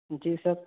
جی سر